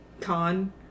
con